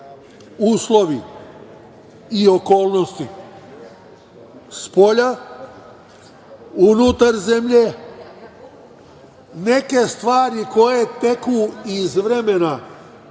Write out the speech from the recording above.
uslovi i okolnosti spolja, unutar zemlje. Neke stvari koje teku i iz vremena